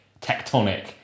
tectonic